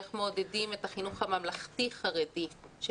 איך מעודדים את החינוך הממלכתי חרדי של